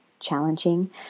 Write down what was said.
Challenging